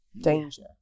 danger